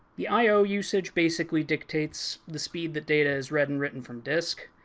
the i o usage basically dictates the speed that data is read and written from disk.